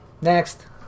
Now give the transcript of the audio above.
Next